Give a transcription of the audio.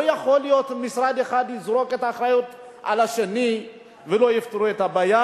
לא יכול להיות שמשרד אחד יזרוק את האחריות על השני ולא יפתרו את הבעיה,